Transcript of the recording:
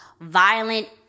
violent